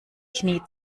knie